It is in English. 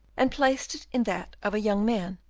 and placed it in that of a young man,